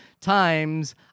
times